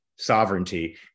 sovereignty